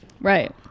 Right